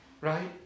Right